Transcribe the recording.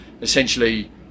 essentially